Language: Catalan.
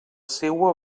seua